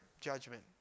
Judgment